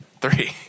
Three